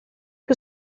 que